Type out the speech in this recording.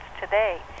today